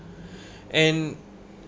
and